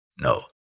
No